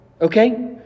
Okay